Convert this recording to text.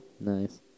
Nice